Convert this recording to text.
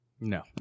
no